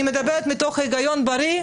אני מדברת מתוך הגיון בריא,